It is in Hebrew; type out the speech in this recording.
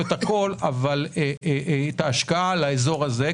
לא את הכול אבל את ההשקעה לאזור הזה,